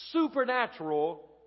supernatural